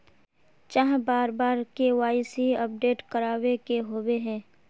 चाँह बार बार के.वाई.सी अपडेट करावे के होबे है?